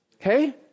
Okay